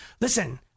listen